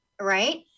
right